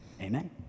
Amen